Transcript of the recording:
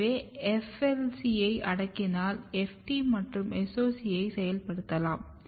எனவே FLC ஐ அடக்கினால் FT மற்றும் SOC1 ஐ செயல்படுத்தலாம்